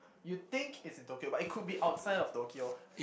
you think it's in Tokyo but could be outside of Tokyo